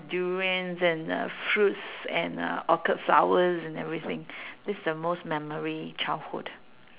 durians and uh fruits and uh orchid flowers and everything this the most memory childhood